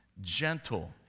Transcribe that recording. gentle